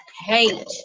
hate